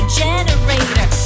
generator